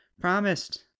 Promised